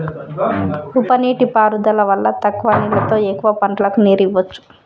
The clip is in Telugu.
ఉప నీటి పారుదల వల్ల తక్కువ నీళ్లతో ఎక్కువ పంటలకు నీరు ఇవ్వొచ్చు